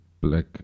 black